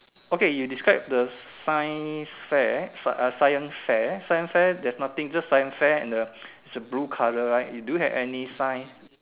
okay you describe the science fair sci uh science fair science fair there's nothing just the science far and the is a blue colour right it do you have any sign